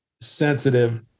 sensitive